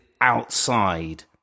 outside